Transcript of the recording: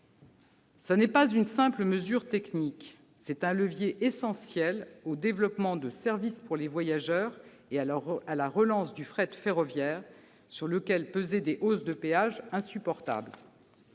Ce n'est pas une simple mesure technique ; c'est un levier essentiel du développement de services pour les voyageurs et de la relance du fret ferroviaire, sur lequel pesaient des hausses de péages insupportables.